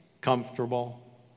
comfortable